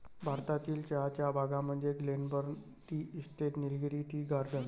भारतातील चहाच्या बागा म्हणजे Glenburn tea estate, Nilgiri tea garden